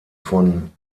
von